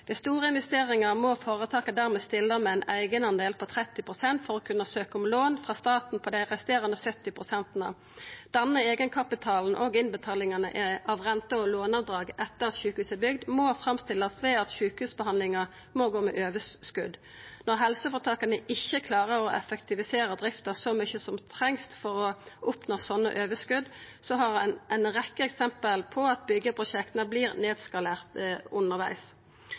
Ved store investeringar må føretaka dermed stilla med ein eigendel på 30 pst. for å kunna søkja om lån frå staten for dei resterande 70 pst. Denne eigenkapitalen og innbetalingane av rente- og låneavdrag etter at sjukehuset er bygd, må framstillast ved at sjukehusbehandlinga må gå med overskot. Når helseføretaka ikkje klarer å effektivisera drifta så mykje som trengst for å oppnå slike overskot, har ein ei rekkje eksempel på at